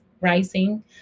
Rising